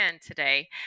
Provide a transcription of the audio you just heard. today